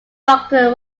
doctor